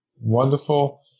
wonderful